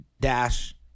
dash